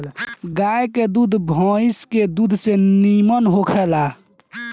गाय के दूध भइस के दूध से निमन होला